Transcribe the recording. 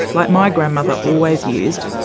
like my grandmother always used,